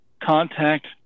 contact